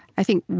i think,